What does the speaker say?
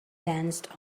danced